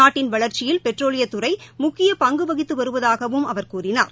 நாட்டின் வளர்ச்சியில் பெட்ரோலியத்துறை முக்கிய பங்கு வகித்து வருவதாகவும் அவர் கூறினார்